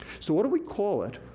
so, what do we call it,